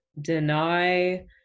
deny